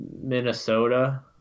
Minnesota